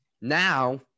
Now